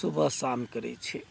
सुबह शाम करै छी